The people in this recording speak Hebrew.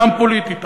גם פוליטית.